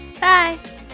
Bye